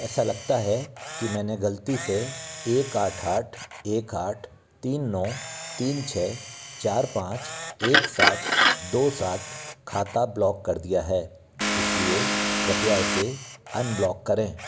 ऐसा लगता है कि मैंने ग़लती से एक आठ आठ एक आठ तीन नौ तीन छः चार पाँच एक सात दो सात खाता ब्लॉक कर दिया है इस लिए कृपया इसे अनब्लॉक करें